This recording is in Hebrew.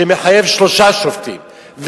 זה מחייב שלושה שופטים,